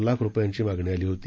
लाखरुपयांचीमागणीआलीहोती